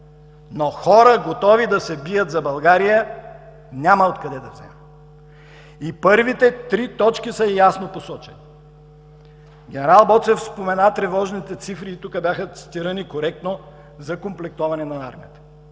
но хора, готови да се бият за България, няма откъде да вземем! Първите три точки са ясно посочени. Генерал Боцев спомена тревожните цифри – тук бяха цитирани коректно, за комплектоване на армията.